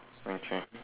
okay